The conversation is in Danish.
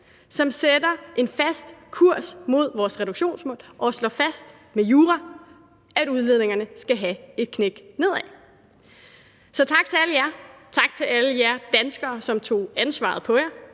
som sætter en fast kurs mod vores reduktionsmål og slår fast med jura, at udledningerne skal have et knæk nedad. Så tak til alle jer danskere, som tog ansvaret på jer